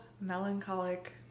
melancholic